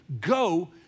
go